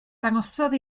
dangosodd